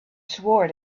swore